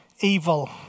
evil